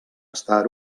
estar